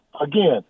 again